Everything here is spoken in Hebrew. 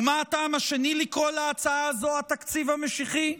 ומה הטעם השני לקרוא להצעה הזו "התקציב המשיחי"?